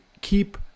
keep